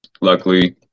Luckily